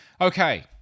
Okay